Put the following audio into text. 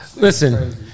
Listen